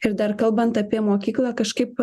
ir dar kalbant apie mokyklą kažkaip